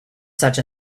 such